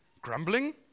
Grumbling